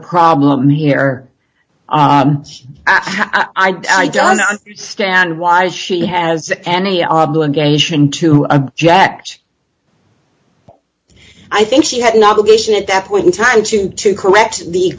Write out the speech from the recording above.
problem here i don't understand why she has any obligation to object i think she had an obligation at that point in time to to correct the